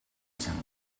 зан